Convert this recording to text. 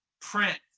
print